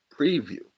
preview